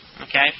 Okay